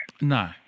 No